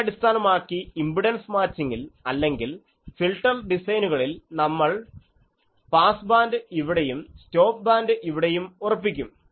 ഇതിനെ അടിസ്ഥാനമാക്കി ഇംപിഡൻസ് മാച്ചിങ്ങിൽ അല്ലെങ്കിൽ ഫിൽറ്റർ ഡിസൈനുകളിൽ നമ്മൾ പാസ് ബാൻഡ് ഇവിടെയും സ്റ്റോപ്പ് ബാൻഡ് ഇവിടെയും ഉറപ്പിക്കും